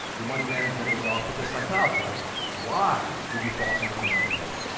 your money management was off, but the psychology, like why did you fall so much in love with it?